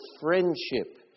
friendship